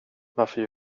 varför